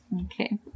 Okay